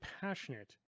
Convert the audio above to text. passionate